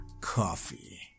coffee